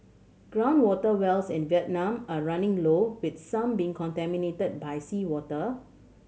ground water wells in Vietnam are running low with some being contaminated by seawater